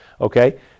okay